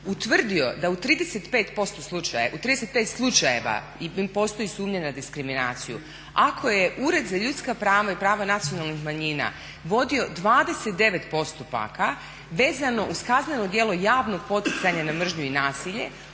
utvrdio da u 35 slučajeva postoji sumnja na diskriminaciju, ako je Ured za ljudska prava i prava nacionalnih manjina vodio 29 postupaka vezano uz kazneno djelo javnog poticanja na mržnju i nasilje